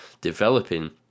developing